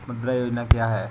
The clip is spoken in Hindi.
मुद्रा योजना क्या है?